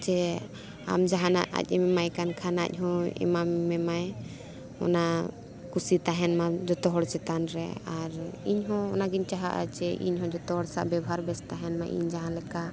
ᱡᱮ ᱟᱢ ᱡᱟᱦᱟᱸᱱᱟᱜ ᱟᱡ ᱮᱢ ᱮᱟᱭ ᱠᱟᱱ ᱠᱷᱟᱱ ᱟᱡ ᱦᱚᱸ ᱮᱢᱟᱢ ᱢᱮᱢᱟᱭ ᱚᱱᱟ ᱠᱩᱥᱤ ᱛᱟᱦᱮᱱ ᱢᱟ ᱡᱷᱚᱛᱚ ᱦᱚᱲ ᱪᱮᱛᱟᱱ ᱨᱮ ᱟᱨ ᱤᱧ ᱦᱚᱸ ᱚᱱᱟᱜᱤᱧ ᱪᱟᱦᱟᱜᱼᱟ ᱡᱮ ᱤᱧᱦᱚᱸ ᱡᱷᱚᱛᱚ ᱦᱚᱲ ᱥᱟᱶ ᱵᱮᱵᱚᱦᱟᱨ ᱵᱮᱥ ᱛᱟᱦᱮᱱ ᱢᱟ ᱤᱧ ᱡᱟᱦᱟᱸ ᱞᱮᱠᱟ